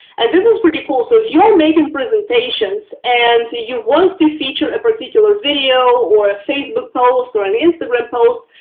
and this is pretty cool. so if you're making presentations, and you want to feature a particular video or a facebook post or an instagram post,